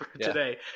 today